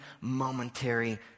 momentary